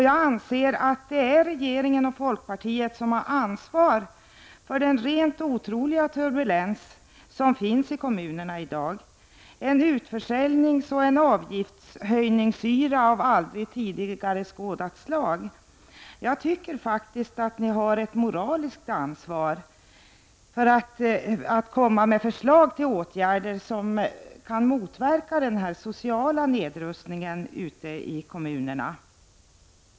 Jag anser att det är regeringen och folkpartiet som har ansvar för den rent otroliga turbulens som finns i dag — en utförsäljningsoch avgiftshöjningsyra av aldrig tidigare skådat slag. Jag tycker faktiskt att ni har ett moraliskt ansvar att komma med förslag till åtgärder som kan motverka den sociala nedrustningen ute i kommunerna.